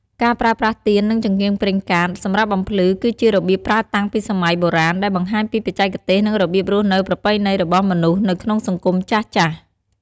ការប្រើប្រាស់ទៀន និងចង្កៀងប្រេងកាតសម្រាប់បំភ្លឺ គឺជារបៀបប្រើតាំងពីសម័យបុរាណ ដែលបង្ហាញពីបច្ចេកទេសនិងរបៀបរស់នៅប្រពៃណីរបស់មនុស្សនៅក្នុងសង្គមចាស់ៗ។